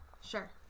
Sure